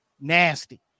nasty